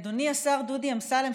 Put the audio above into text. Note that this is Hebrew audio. אדוני השר דודי אמסלם,